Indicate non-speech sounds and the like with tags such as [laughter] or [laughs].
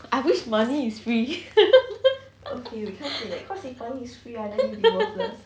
I wish money is free [laughs]